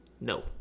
no